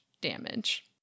damage